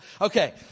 Okay